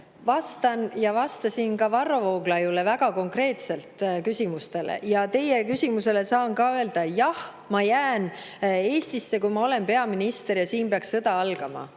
Vastan ja vastasin ka Varro Vooglaiu küsimustele väga konkreetselt. Teie küsimuse peale saan ka öelda: jah, ma jään Eestisse, kui ma olen peaminister ja siin peaks sõda algama.